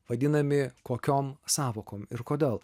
vadinami kokiom sąvokom ir kodėl